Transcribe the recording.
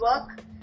work